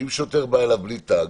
שאם שוטר בא אליו בלי תג?